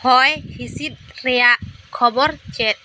ᱦᱚᱭ ᱦᱤᱥᱤᱫ ᱨᱮᱭᱟᱜ ᱠᱷᱚᱵᱚᱨ ᱪᱮᱫ